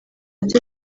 byo